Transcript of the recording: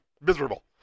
miserable